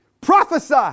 prophesy